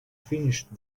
finished